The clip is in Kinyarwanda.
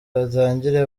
batangire